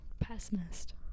pessimist